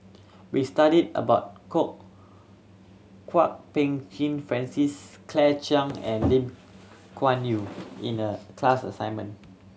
we studied about Kwok Peng Kin Francis Claire Chiang and Lim Kuan Yew in the class assignment